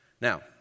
Now